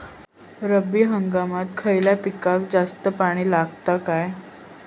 रब्बी हंगामात खयल्या पिकाक जास्त पाणी लागता काय?